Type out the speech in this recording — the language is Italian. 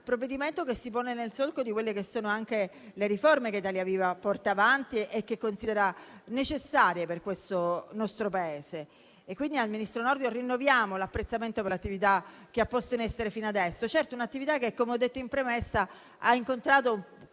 provvedimento che si pone nel solco di quelle riforme che Italia Viva porta avanti e che considera necessarie per il nostro Paese. Quindi, al ministro Nordio rinnoviamo l'apprezzamento per l'attività che ha posto in essere fino adesso: certo, è un'attività che - come ho detto in premessa - ha incontrato